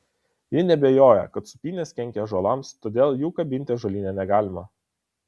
ji neabejoja kad sūpynės kenkia ąžuolams todėl jų kabinti ąžuolyne negalima